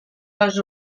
les